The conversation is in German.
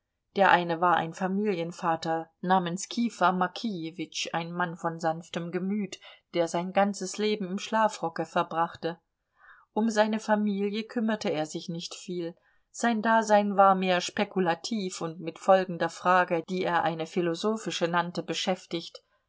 der eine war ein familienvater namens kifa mokijewitsch ein mann von sanftem gemüt der sein ganzes leben im schlafrocke verbrachte um seine familie kümmerte er sich nicht viel sein dasein war mehr spekulativ und mit folgender frage die er eine philosophische nannte beschäftigt